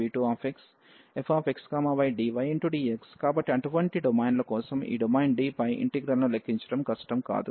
∬DfxydAabv1v2fxydydx కాబట్టి అటువంటి డొమైన్ల కోసం ఈ డొమైన్ D పై ఇంటిగ్రల్ ను లెక్కించడం కష్టం కాదు